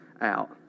out